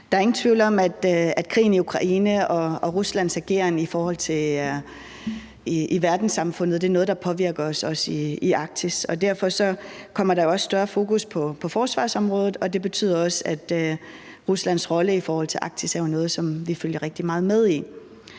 Der er ingen tvivl om, at krigen i Ukraine og Ruslands ageren i verdenssamfundet er noget, der påvirker os i Arktis, og derfor kommer der jo også et større fokus på forsvarsområdet, og det betyder også, at Ruslands rolle i forhold til Arktis er noget, som vi